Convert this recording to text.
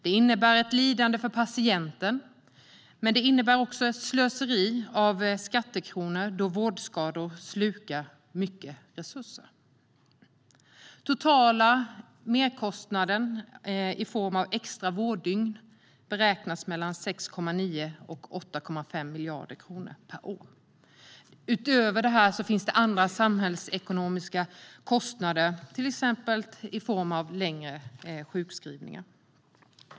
Det innebär ett lidande för patienten, men det innebär även ett slöseri av skattekronor då vårdskador slukar mycket resurser. Den totala merkostnaden i form av extra vårddygn beräknas till mellan 6,9 och 8,5 miljarder kronor per år. Utöver det finns andra samhällsekonomiska kostnader, till exempel längre sjukskrivningar.